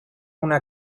una